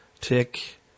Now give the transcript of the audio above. tick